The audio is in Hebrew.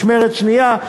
משמרת שנייה,